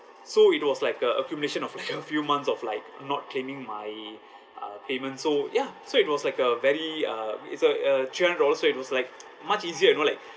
so it was like uh accumulation of like a few months of like not claiming my uh payment so ya so it was like a very uh it's a uh three hundred dollars so it was like much easier you know like